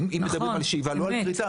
אם מדברים על שאיבה ולא על כריתה.